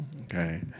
okay